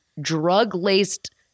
drug-laced